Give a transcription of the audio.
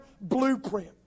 blueprint